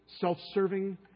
self-serving